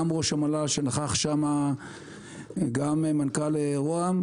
גם ראש המל"ל שנכח שם וגם מנכ"ל ראש הממשלה,